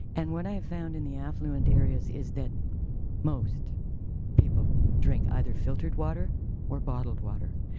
and what i found in the affluent areas is that most people drink either filtered water or bottled water,